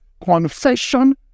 confession